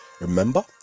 Remember